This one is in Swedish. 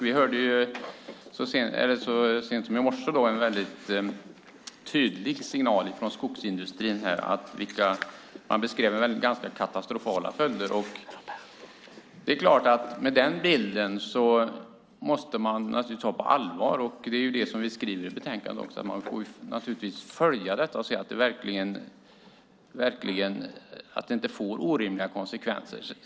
Vi fick så sent som i morse en väldigt tydlig signal från skogsindustrin - man beskrev ganska katastrofala följder. Det är klart att den bilden måste tas på allvar, och det skriver vi också i betänkandet. Man får naturligtvis följa detta och se att det inte får orimliga konsekvenser.